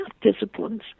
disciplines